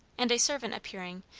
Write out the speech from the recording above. and a servant appearing,